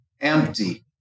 Empty